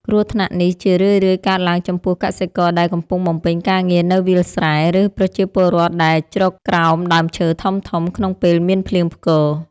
គ្រោះថ្នាក់នេះជារឿយៗកើតឡើងចំពោះកសិករដែលកំពុងបំពេញការងារនៅវាលស្រែ ឬប្រជាពលរដ្ឋដែលជ្រកក្រោមដើមឈើធំៗក្នុងពេលមានភ្លៀងផ្គរ។